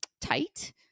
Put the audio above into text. tight